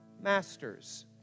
masters